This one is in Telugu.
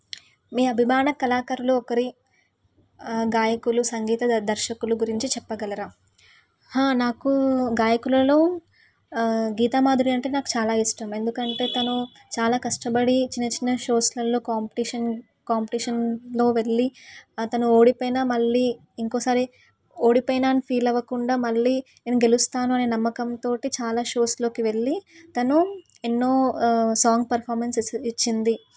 మీ అభిమాన కళాకారులలో ఒకరి గాయకులు సంగీత దర్శకులు గురించి చెప్పగలరా నాకు గాయకులలో గీతామాధురి అంటే నాకు చాలా ఇష్టం ఎందుకంటే తను చాలా కష్టపడి చిన్న చిన్న షోస్లలో కాంపిటీషన్ కాంపిటీషన్లో వెళ్ళి అతను ఓడిపోయిన మళ్ళీ ఇంకొకసారి ఓడిపోయినానని ఫీల్ అవ్వకుండా మళ్ళీ నేను గెలుస్తాను అని నమ్మకం తోటి చాలా షోస్లోకి వెళ్ళి తను ఎన్నో సాంగ్ పర్ఫామెన్స్స్ ఇచ్చింది